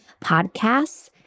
podcasts